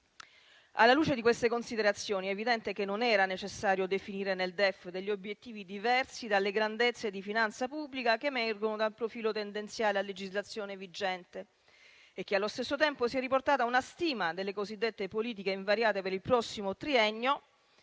Alla luce di queste considerazioni, è evidente che non era necessario definire nel DEF degli obiettivi diversi dalle grandezze di finanza pubblica che emergono dal profilo tendenziale a legislazione vigente, e che allo stesso tempo si è riportata una stima delle cosiddette politiche invariate per il prossimo triennio,